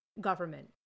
government